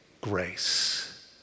grace